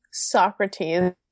Socrates